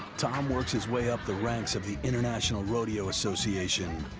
tom works his way up the ranks of the international rodeo association,